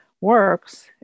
works